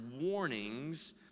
warnings